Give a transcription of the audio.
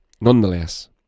nonetheless